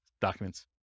documents